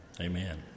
Amen